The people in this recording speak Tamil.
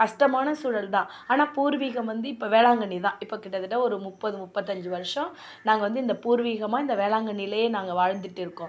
கஷ்டமான சூழல் தான் ஆனால் பூர்விகம் வந்து இப்போ வேளாங்கண்ணி தான் இப்போ கிட்டத்தட்ட ஒரு முப்பது முப்பத்தஞ்சு வருடம் நாங்கள் வந்து இந்த பூர்விகமாக இந்த வேளாங்கண்ணிலேயே நாங்கள் வாழ்ந்துகிட்டுருக்கோம்